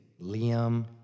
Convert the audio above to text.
Liam